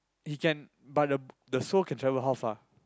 he can but the the soul can travel how far